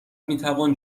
میتوان